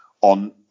on